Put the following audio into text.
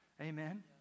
Amen